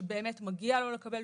שבאמת מגיע לו לקבל.